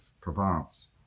Provence